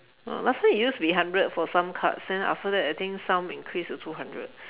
uh last time it used to be hundred for some cards then after that I think some increase to two hundred